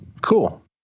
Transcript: Cool